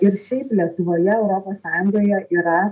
ir šiaip lietuvoje europos sąjungoje yra